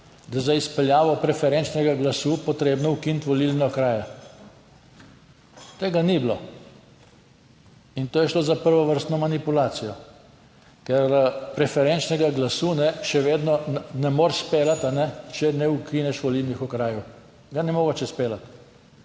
je za izpeljavo preferenčnega glasu potrebno ukiniti volilne okraje. Tega ni bilo in to je šlo za prvovrstno manipulacijo, ker preferenčnega glasu še vedno ne moreš speljati, če ne ukineš volilnih okrajev, ga ni mogoče izpeljati.